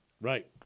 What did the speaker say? right